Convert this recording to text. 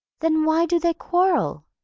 then why do they quarrel?